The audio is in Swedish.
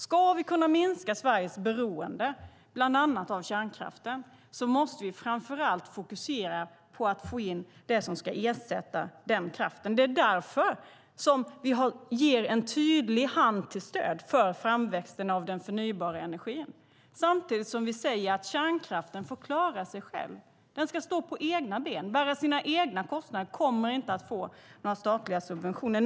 Ska vi kunna minska Sveriges beroende bland annat av kärnkraften måste vi framför allt fokusera på att få in det som ska ersätta den kraften. Det är därför vi ger en tydlig hand till stöd för framväxten av den förnybara energin. Samtidigt säger vi att kärnkraften får klara sig själv. Den ska stå på egna ben, bära sina egna kostnader och kommer inte att få några statliga subventioner.